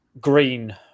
green